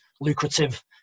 lucrative